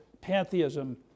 pantheism